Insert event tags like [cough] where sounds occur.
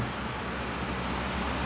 [laughs] !whoa! flex flex flex